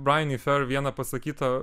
braini fer vieną pasakytą